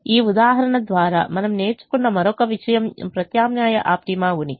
ఈ ఉదాహరణ ద్వారా మనం నేర్చుకున్న మరో విషయం ప్రత్యామ్నాయ ఆప్టిమా ఉనికి